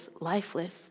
lifeless